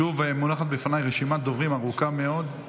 שוב מונחת בפניי רשימת דוברים ארוכה מאוד.